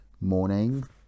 morning